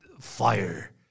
fire